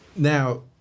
Now